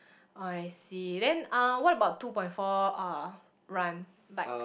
oh I see then uh what about two point four uh run like